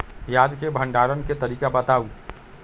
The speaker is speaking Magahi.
प्याज के भंडारण के तरीका बताऊ?